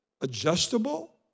adjustable